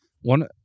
one